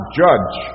judge